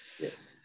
Yes